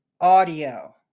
audio